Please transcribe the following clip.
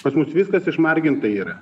pas mus viskas išmarginta yra